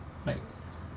like